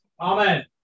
Amen